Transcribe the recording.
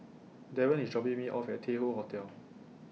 Darron IS dropping Me off At Tai Hoe Hotel